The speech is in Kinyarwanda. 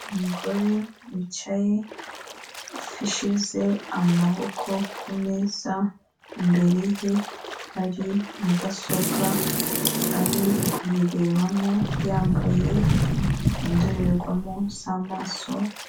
Umugore wicaye ushyize amaboko ku meza imbere ye hari mudasobwa ari kuyirebamo yambaye indorerwamo z'amaso..